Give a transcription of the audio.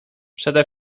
przede